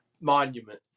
monument